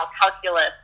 calculus